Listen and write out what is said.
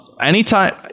Anytime